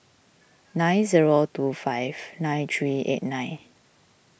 nine zero two five nine three eight nine